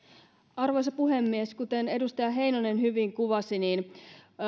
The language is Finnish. arvoisa puhemies kuten edustaja heinonen hyvin kuvasi